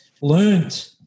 learned